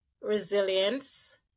resilience